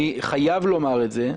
אני חייב לומר את זה,